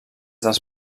dels